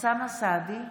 אוסאמה סעדי,